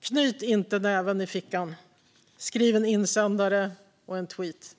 knyt inte näven i fickan! Skriv en insändare och en tweet!